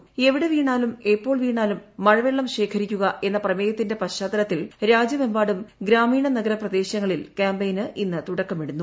എവിടെ വീണാലും എപ്പോൾ വീണാലും മഴ വെള്ളം ശേഖരിക്കുക എന്ന പ്രമേയത്തിന്റെ പശ്ചാത്തലത്തിൽ രാജ്യമെമ്പാടും ഗ്രാമീണ നഗര പ്രദേശങ്ങളിൽ ക്യാമ്പയിന് ഇന്ന് തുടക്കമിടുന്നത്